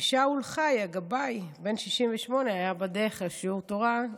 שאול חי, הגבאי, בן 68, היה בדרך לשיעור תורה,